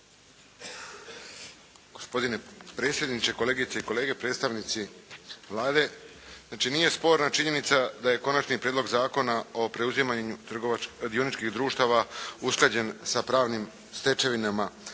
Gospodine predsjedniče, kolegice i kolege predstavnici Vlade. Dakle nije sporna činjenica da je Konačni prijedlog Zakona o preuzimanju dioničkih društava usklađen sa pravnim stečevinama